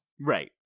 Right